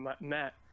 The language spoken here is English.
Matt